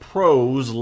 Pros